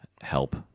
help